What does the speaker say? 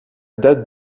date